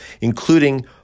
including